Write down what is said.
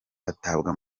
atabwa